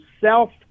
self